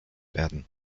werden